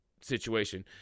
situation